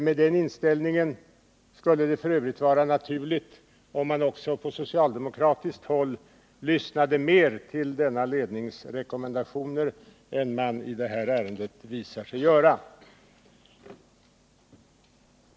Med den inställningen skulle det f. ö. vara naturligt om man på socialdemokratiskt håll lyssnade mer till denna lednings rekommendationer än vad man i det här ärendet har visat sig göra.